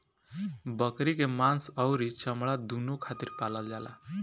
बकरी के मांस अउरी चमड़ा दूनो खातिर पालल जाला